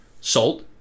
Salt